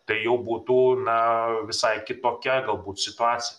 tai jau būtų na visai kitokia galbūt situacija